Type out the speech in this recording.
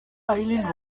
island